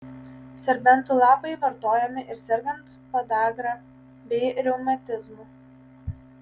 serbentų lapai vartojami ir sergant podagra bei reumatizmu